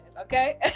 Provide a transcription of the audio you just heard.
Okay